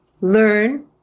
learn